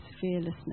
fearlessness